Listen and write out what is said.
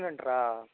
ప్రకాశం centre ఆ